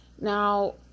Now